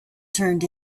turned